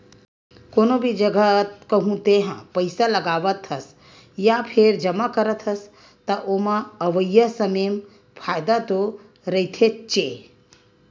कोनो भी जघा कहूँ तेहा पइसा लगावत हस या फेर जमा करत हस, त ओमा अवइया समे म फायदा तो रहिथेच्चे